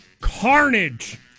carnage